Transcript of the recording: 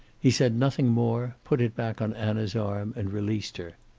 he said nothing more, put it back on anna's arm and released her.